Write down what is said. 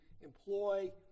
employ